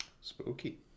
Spooky